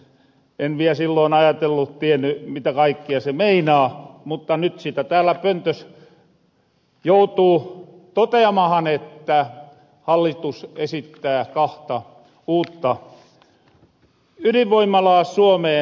en viä silloon ajatellu tienny mitä kaikkea se meinaa mutta nyt sitä täällä pöntös joutuu toteamahan että hallitus esittää kahta uutta ydinvoimalaa suomeen